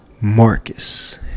Marcus